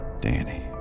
Danny